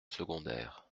secondaire